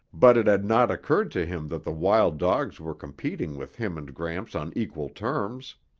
but it had not occurred to him that the wild dogs were competing with him and gramps on equal terms.